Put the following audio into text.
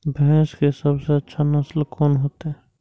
भैंस के सबसे अच्छा नस्ल कोन होते?